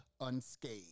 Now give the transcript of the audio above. unscathed